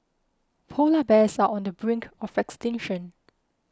Polar Bears are on the brink of extinction